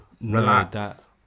Relax